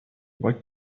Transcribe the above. why